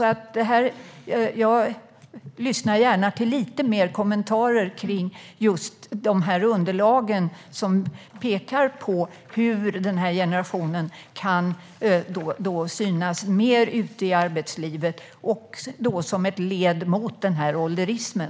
Jag lyssnar alltså gärna till lite mer kommentarer kring just de underlag som pekar på hur denna generation kan synas mer ute i arbetslivet - och då som ett led i arbetet mot ålderismen.